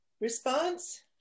response